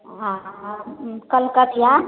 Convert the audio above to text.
आओर कलकतिआ